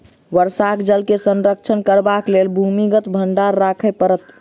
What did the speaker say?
वर्षाक जल के संरक्षण करबाक लेल भूमिगत भंडार राखय पड़त